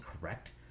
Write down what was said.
correct